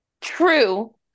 True